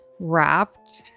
wrapped